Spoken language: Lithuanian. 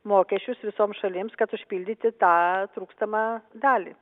mokesčius visom šalims kad užpildyti tą trūkstamą dalį